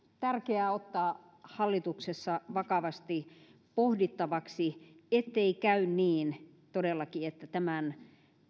tärkeä ottaa hallituksessa vakavasti pohdittavaksi ettei käy todellakin niin että joudumme tämän